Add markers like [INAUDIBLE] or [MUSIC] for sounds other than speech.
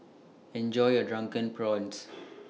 Enjoy your Drunken Prawns [NOISE]